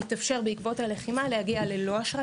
בעקבות הלחימה התאפשר להגיע ללא אשרת